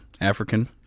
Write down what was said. African